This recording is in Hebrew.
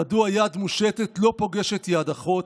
מדוע יד מושטת / לא פוגשת יד אחות?